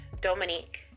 Dominique